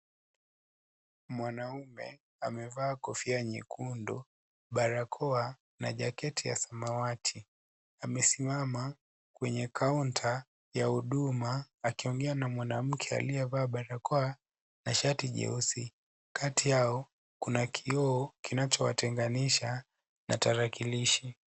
Mwanamme amevaa kofia nyekundu, barakoa ,na jaketi ya samwati amesimama kwenye kaunta ya huduma akiongea na mwanamke aliyevaa barakoa na shati jeusi. Kati yao kuna kioo kinachowatenganisha na tarakilishi.